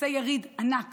עושה יריד ענק